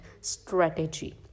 strategy